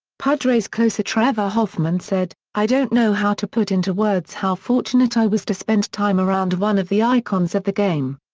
padres closer trevor hoffman said, i don't know how to put into words how fortunate i was to spend time around one of the icons of the game.